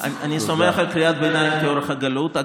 אני שמח על קריאת ביניים כאורך הגלות.